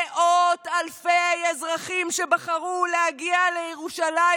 מאות אלפי אזרחים שבחרו להגיע לירושלים